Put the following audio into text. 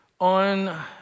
on